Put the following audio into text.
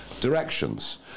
directions